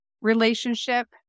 relationship